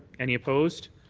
any opposed?